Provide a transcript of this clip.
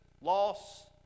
loss